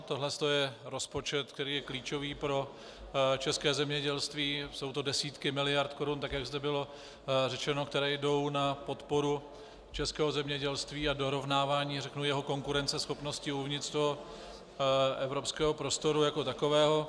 Tohle je rozpočet, který je klíčový pro české zemědělství, jsou to desítky miliard korun, tak jak zde bylo řečeno, které jdou na podporu českého zemědělství a dorovnávání jeho konkurenceschopnosti uvnitř evropského prostoru jako takového.